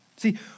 See